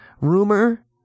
rumor